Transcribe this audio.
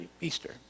Easter